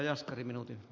arvoisa puhemies